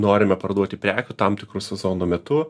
norime parduoti prekių tam tikru sezono metu